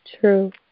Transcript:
true